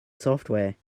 software